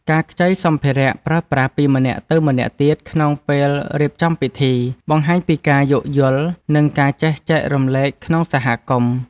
ការខ្ចីសម្ភារៈប្រើប្រាស់ពីម្នាក់ទៅម្នាក់ទៀតក្នុងពេលរៀបចំពិធី បង្ហាញពីការយោគយល់និងការចេះចែករំលែកក្នុងសហគមន៍។